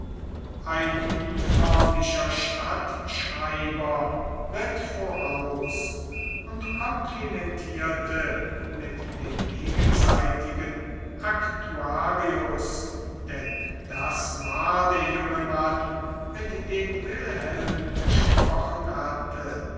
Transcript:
ein unförmlicher stadtschreiber ritt voraus und komplimentierte mit dem gegenseitigen aktuarius denn das war der junge mann mit dem wilhelm gesprochen hatte